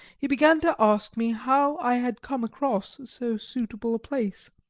he began to ask me how i had come across so suitable a place.